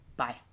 Bye